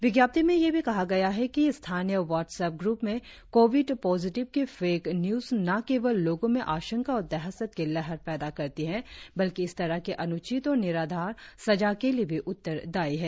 विज्ञप्ति में यह भी कहा गया कि स्थानीय व्हाट्सएप ग्रूप में कोविड पॉजिटिव की फैक न्यूज न केवल लोगों में आशंका और दहशत की लहर पैदा करती है बल्कि इस तरह के अन्चित और निराधार सजा के लिए भी उत्तरदायी है